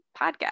podcast